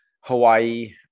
Hawaii